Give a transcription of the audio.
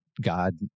God